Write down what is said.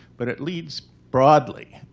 but it leads, broadly,